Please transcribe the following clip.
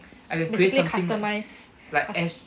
basically customise